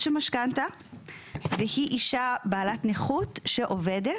של משכנתא והיא אישה בעלת נכות שעובדת.